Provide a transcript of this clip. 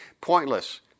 pointless